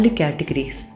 categories